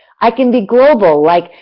i can be global like,